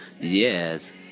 Yes